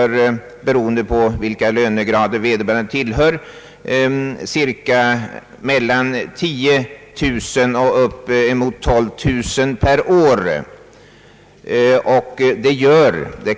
år. Beroende på vilken lönegrad vederbörande tillhör kostar dessa traktamenten mellan 10 000 och upp emot 12 000 kronor per år i varje enskilt fall.